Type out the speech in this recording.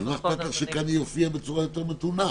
-- אז מה אכפת לך שכאן זה יופיע בצורה יותר מתונה?